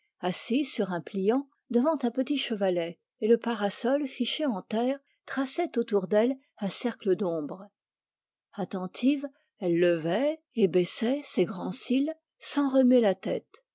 assise sur un pliant devant un petit chevalet et le parasol fiché en terre traçait autour d'elle un cercle d'ombre attentive elle levait et baissait ses grands cils sans remuer la tête